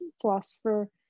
philosopher